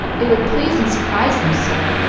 it would please and surprise them so.